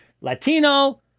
Latino